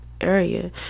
area